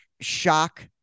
shock